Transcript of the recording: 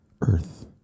Earth